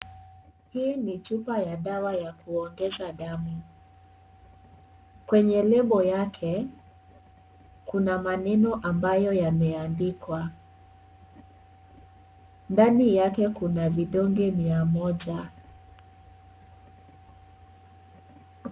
Hii ni chupa ya dawa ya kuongeza damu. kwenye lebo lake kuna maneno yameandikwa. ndani yake kuna vidonge mia moja.